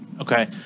Okay